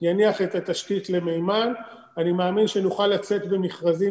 יניח את התשתית למימן אני מאמין שנוכל לצאת במכרזים